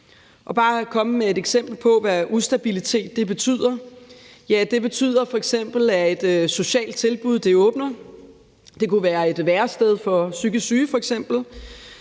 vil bare komme med et eksempel på, hvad ustabilitet betyder. Det betyder f.eks., at et socialt tilbud åbner – det kunne f.eks. være et værested for psykisk syge –